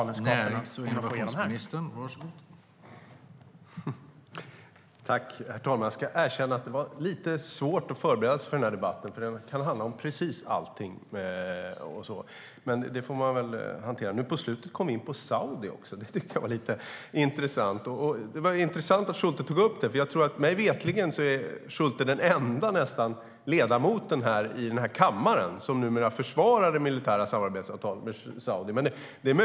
Herr talman! Jag ska erkänna att det var lite svårt att förbereda sig för den här debatten, för den kan handla om precis allting. Men det får man väl hantera. Nu på slutet kom vi in på Saudi; det tyckte jag var lite intressant. Det var intressant att Schulte tog upp det, för mig veterligen är han nästan den enda ledamot i den här kammaren som numera försvarar det militära samarbetsavtalet med Saudi.